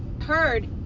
heard